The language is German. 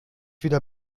wieder